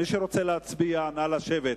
מי שרוצה להצביע, נא לשבת.